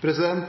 samferdsel.